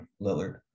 Lillard